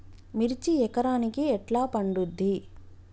మిర్చి ఎకరానికి ఎట్లా పండుద్ధి?